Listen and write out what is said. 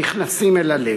נכנסים אל הלב".